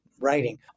writing